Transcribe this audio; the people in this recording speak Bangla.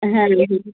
হ্যাঁ